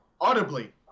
audibly